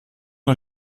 nur